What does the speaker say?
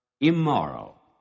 immoral